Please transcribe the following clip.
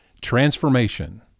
transformation